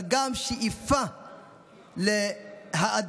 אבל גם שאיפה להאדיר